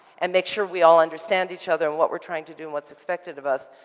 and make sure we all understand each other and what we're trying to do and what's expected of us,